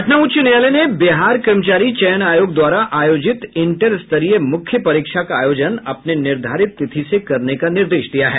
पटना उच्च न्यायालय ने बिहार कर्मचारी चयन आयोग द्वारा आयोजित इंटर स्तरीय मुख्य परीक्षा का आयोजन अपने निर्धारित तिथि से करने का निर्देश दिया है